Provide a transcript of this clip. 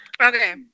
Okay